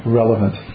relevant